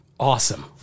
Awesome